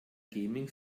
gaming